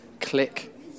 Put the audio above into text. Click